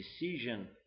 decision